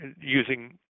using